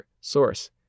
Source